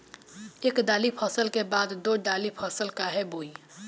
एक दाली फसल के बाद दो डाली फसल काहे बोई?